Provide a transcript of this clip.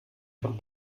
von